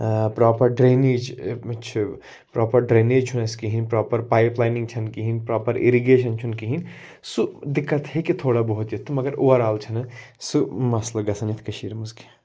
ٲں proper drainage ٲں چھُ پرٛاپَر ڈرٛینیج چھُنہٕ اسہِ کِہیٖنۍ پرٛاپَر پایِپ لاینِنٛگ چھَنہٕ کِہیٖنۍ پرٛاپَر اِرِگیشَن چھُنہٕ کِہیٖنۍ سُہ دِقت ہیٚکہِ تھوڑا بہت یِتھ تہٕ مگر اوٚوَرآل چھُنہٕ سُہ مَسلہٕ گژھان یَتھ کٔشیٖر منٛز کیٚنٛہہ